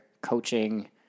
coaching